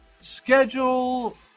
Schedule